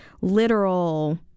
literal